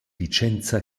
vicenza